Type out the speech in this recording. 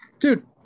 Dude